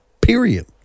period